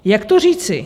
Jak to říci?